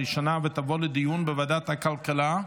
לוועדת הכלכלה נתקבלה.